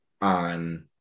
on